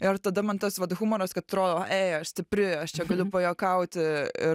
ir tada man tas vat humoras kad atrodo ei aš stipri aš čia galiu pajuokauti ir